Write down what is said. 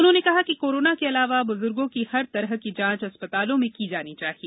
उन्होंने कहा कि कोरोना के अलावा बुजुर्गों की हर तरह की जांच अस्पतालों में की जानी चाहिए